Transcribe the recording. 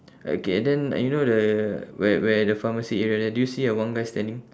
okay then you know the where where the pharmacy area there do you see a one guy standing